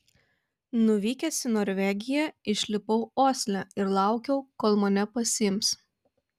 nuvykęs į norvegiją išlipau osle ir laukiau kol mane pasiims